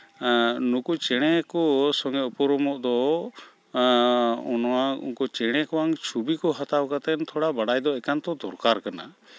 ᱱᱩᱠᱩ ᱪᱮᱬᱮ ᱠᱚ ᱥᱚᱝᱜᱮ ᱩᱯᱨᱩᱢᱚᱜ ᱫᱚ ᱱᱚᱣᱟ ᱩᱱᱠᱩ ᱪᱮᱬᱮ ᱠᱷᱚᱱ ᱪᱷᱚᱵᱤ ᱠᱚ ᱦᱟᱛᱟᱣ ᱠᱟᱛᱮᱫ ᱛᱷᱚᱲᱟ ᱵᱟᱲᱟᱭ ᱫᱚ ᱮᱠᱟᱱᱛᱚ ᱫᱚᱨᱠᱟᱨ ᱠᱟᱱᱟ